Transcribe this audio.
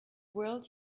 world